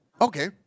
Okay